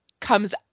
comes